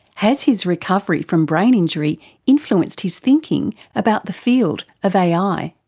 has his recovery from brain injury influenced his thinking about the field of ai?